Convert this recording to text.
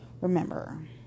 remember